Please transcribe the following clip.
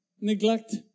neglect